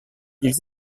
ils